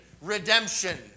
redemption